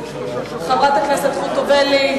חברת הכנסת חוטובלי,